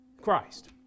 Christ